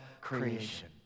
creation